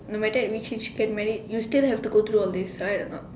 no matter which age you get married you still have to go through all this right or not